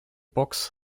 box